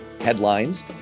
headlines